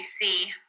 see